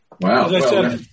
Wow